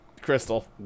Crystal